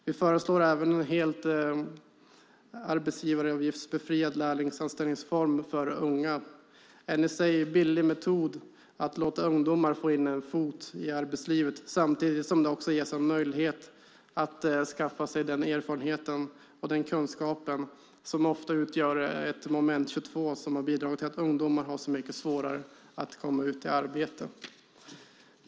Vi föreslår även en helt arbetsgivaravgiftsbefriad lärlingsanställningsform för unga, en i sig billig metod för att låta ungdomar få in en fot i arbetslivet samtidigt som de ges en möjlighet att skaffa sig den erfarenhet och kunskap som de inte haft, vilket ofta utgjort moment 22 och bidragit till att ungdomar har det så mycket svårare att komma ut i arbete.